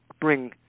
bring